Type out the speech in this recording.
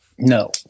No